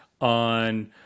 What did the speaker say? on